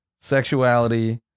sexuality